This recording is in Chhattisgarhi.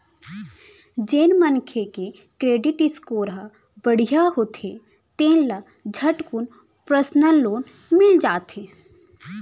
जेन मनखे के करेडिट स्कोर ह बड़िहा होथे तेन ल झटकुन परसनल लोन मिल जाथे